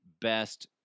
best